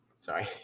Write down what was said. Sorry